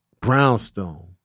Brownstone